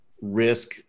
risk